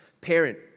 parent